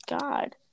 god